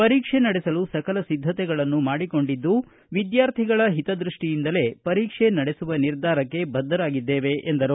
ಪರೀಕ್ಷೆ ನಡೆಸಲು ಸಕಲ ಸಿದ್ಧಕೆಗಳನ್ನು ಮಾಡಿಕೊಂಡಿದ್ದು ವಿದ್ಧಾರ್ಥಿಗಳ ಒತದ್ಧಕ್ಷಿಯಿಂದಲೇ ಪರೀಕ್ಷೆ ನಡೆಸುವ ನಿರ್ಧಾರಕ್ಕೆ ಬದ್ಧರಾಗಿದ್ಲೇವೆ ಎಂದರು